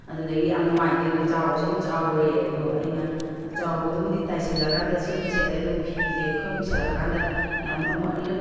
ꯑꯗꯨꯗꯒꯤ ꯌꯥꯝ ꯅꯨꯡꯉꯥꯏꯇꯦ ꯑꯗꯣ ꯆꯥꯎꯁꯨ ꯌꯥꯝ ꯆꯥꯎꯔꯦ ꯑꯗꯣ ꯑꯩꯅ ꯆꯥꯎꯕꯗꯨꯕꯨꯗꯤ ꯇꯥꯏꯁꯟꯂꯀꯥꯟꯗ ꯁꯦꯠꯇꯤ ꯁꯦꯠꯂꯦ ꯑꯗꯨꯒ ꯐꯤꯁꯦ ꯈꯔ ꯀꯨꯏꯁꯟꯂꯛꯑꯀꯥꯟꯗ ꯌꯥꯝ ꯑꯃꯨꯛ ꯑꯅꯤꯔꯛ